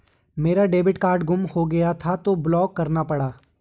मेरा debit card गुम हो गया था तो ब्लॉक करना पड़ा